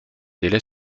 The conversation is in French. délai